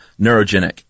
neurogenic